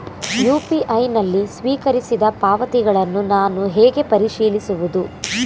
UPI ನಲ್ಲಿ ಸ್ವೀಕರಿಸಿದ ಪಾವತಿಗಳನ್ನು ನಾನು ಹೇಗೆ ಪರಿಶೀಲಿಸುವುದು?